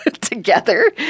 together